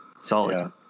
Solid